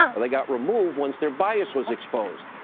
and they got removed once their bias was exposed.